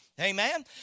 Amen